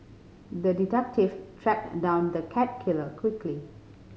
the detective tracked down the cat killer quickly